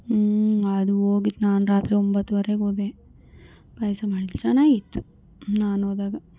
ಹ್ಞೂ ಅದು ಹೋಗಿದ್ದು ನಾನು ರಾತ್ರಿ ಒಂಬತ್ತೂವರೆಗೋದೆ ಪಾಯಸ ಮಾಡಿದ್ಳು ಚೆನ್ನಾಗಿತ್ತು ನಾನು ಹೋದಾಗ